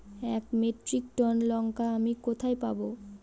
এক metric ton লঙ্কা আমি কোথায় পাবো?